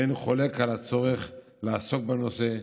ואין חולק על הצורך לעסוק בנושא,